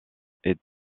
était